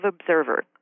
observer